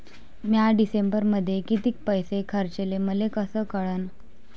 म्या डिसेंबरमध्ये कितीक पैसे खर्चले मले कस कळन?